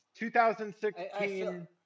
2016